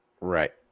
Right